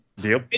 Deal